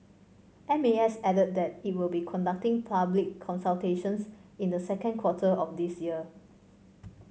M A S added that it will be conducting public consultations in the second quarter of this year